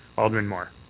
alderman mar.